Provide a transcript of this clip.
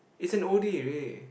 it's an oldie really